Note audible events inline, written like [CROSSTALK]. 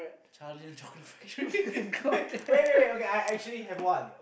Charlie and chocolate factory [LAUGHS] wait wait wait okay I actually have one